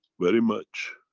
very much.